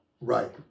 Right